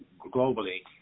globally